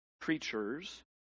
creatures